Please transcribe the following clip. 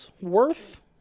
worth